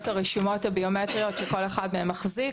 הרשימות הביומטריות שכל אחד מהם מחזיק.